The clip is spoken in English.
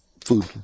food